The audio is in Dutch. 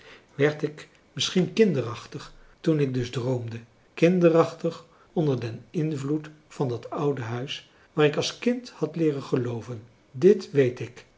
werd ik misschien kinderachtig toen ik dus droomde kinderachtig onder den invloed van dat oude huis waar ik als kind had leeren gelooven dit weet ik